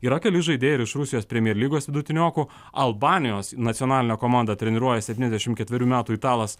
yra keli žaidėjai ir iš rusijos premier lygos vidutiniokų albanijos nacionalinę komandą treniruoja septyniasdešim ketverių metų italas